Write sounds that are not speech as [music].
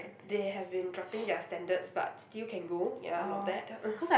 they have been dropping their standards but still can go ya not bad [breath]